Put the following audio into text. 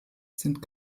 sind